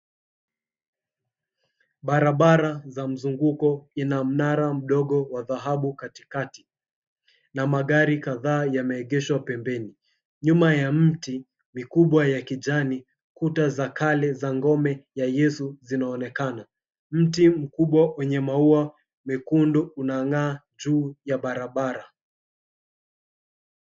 Barabara za mzunguko ina mnara wa dhahabu katikati, na magari kadhaa yameegeshwa pembeni. Nyuma ya mti mikubwa ya kijani, kuta za kale za ngome ya yesu zinaonekana. Mti mkubwa wenye maua mekundu unang'aa juu ya barabara.